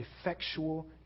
effectual